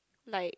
like